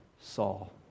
Saul